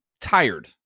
tired